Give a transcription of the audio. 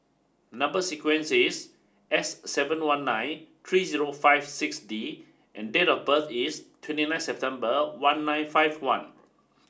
number sequence is S seven one nine three zero five six D and date of birth is twenty nine September one nine five one